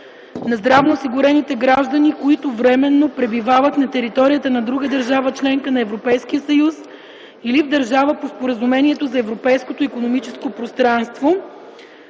на здравноосигурените граждани, които временно пребивават на територията на друга държава-членка на ЕС или в държава по Споразумението за Европейското икономическо пространство.